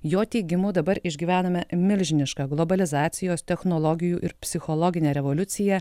jo teigimu dabar išgyvename milžinišką globalizacijos technologijų ir psichologinę revoliuciją